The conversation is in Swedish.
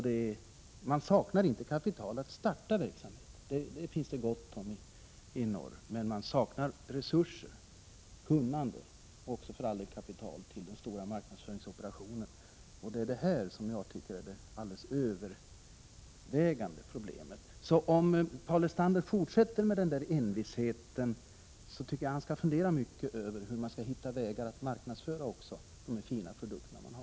Det saknas inte kapital för att starta verksamheten — det finns det gott om i norr — men det saknas resurser, kunnande och kapital för den stora marknadsföringsoperationen. Det är det helt övervägande problemet. Om Paul Lestander fortsätter med envisheten bör han fundera över hur man i Norrland skall hitta vägar för att marknadsföra de fina produkterna.